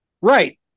right